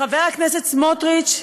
חבר הכנסת סמוטריץ,